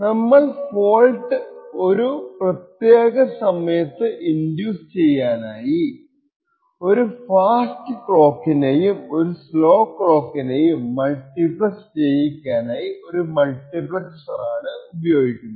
നമ്മൾ ഫോൾട്ട് ഒരു പ്രത്യേക സമയത്തു ഇൻഡ്യൂസ് ചെയ്യാനായി ഒരു ഫാസ്റ്റ് ക്ലോക്കിനെയും ഒരു സ്ലോ ക്ലോക്കിനെയും മൾട്ടിപ്ളെക്സ് ചെയ്യിക്കാനായി ഒരു മൾട്ടിപ്ലെക്സർ ആണ് ഉപയോഗിക്കുന്നത്